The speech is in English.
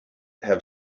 have